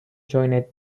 joined